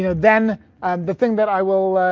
you know then um the thing that i will